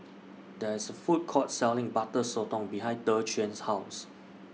There IS A Food Court Selling Butter Sotong behind Dequan's House